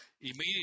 immediately